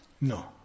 No